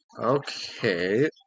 Okay